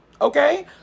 okay